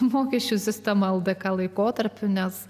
mokesčių sistemą ldk laikotarpiu nes